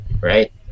right